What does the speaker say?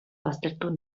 baztertu